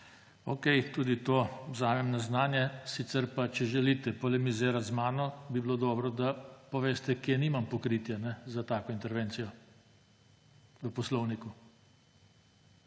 Okej, tudi to vzamem na znanje. Sicer pa, če želite polemizirati z mano, bi bilo dobro, da poveste, kje nimam pokritja za tako intervencijo v poslovniku.